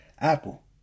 Apple